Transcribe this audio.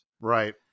Right